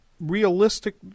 realistic